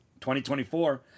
2024